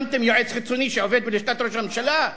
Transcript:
שמתם יועץ חיצוני שעובד בלשכת ראש הממשלה?